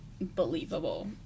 believable